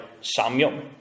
Samuel